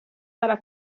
para